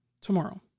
tomorrow